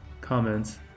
comments